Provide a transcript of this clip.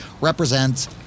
represents